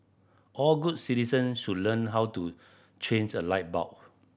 all good citizen should learn how to change a light bulb